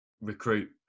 recruit